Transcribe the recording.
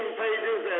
pages